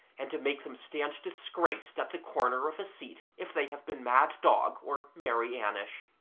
and to make them stand disgraced at the corner of a seat if they have been mad-dog or mary-annish.